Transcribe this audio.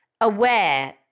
aware